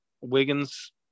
Wiggins